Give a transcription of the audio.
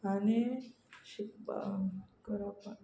आनी शिकपाक करपाक